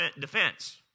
Defense